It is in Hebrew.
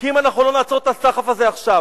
כי אם אנחנו לא נעצור את הסחף הזה עכשיו,